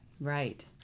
Right